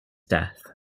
death